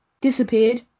disappeared